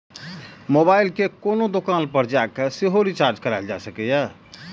mobile कें कोनो दोकान पर जाके सेहो रिचार्ज कराएल जा सकैए